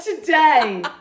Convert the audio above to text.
today